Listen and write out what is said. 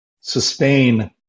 sustain